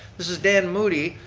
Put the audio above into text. this is dan moody.